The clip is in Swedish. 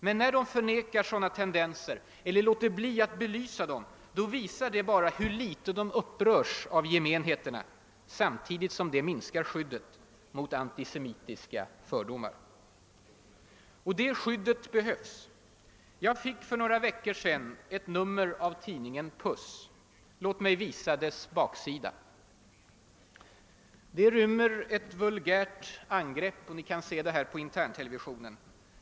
Men när de förnekar sådana tendenser eller låter bli att belysa dem visar de bara hur litet de upprörs av gemenheterna samtidigt som de minskar skyddet mot antisemitiska fördomar. Och det skyddet behövs. Jag fick för några veckor sedan ett nummer av tidningen »Puss». Låt mig visa dess baksida på interntelevisionen här i kammaren.